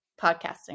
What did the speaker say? Podcasting